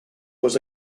was